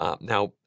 Now